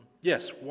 Yes